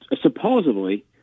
supposedly